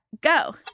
go